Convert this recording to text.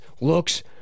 looks